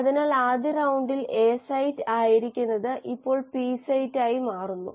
അതിനാൽ ആദ്യ റൌണ്ടിൽ എ സൈറ്റ് ആയിരുന്നത് ഇപ്പോൾ പി സൈറ്റായി മാറുന്നു